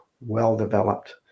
well-developed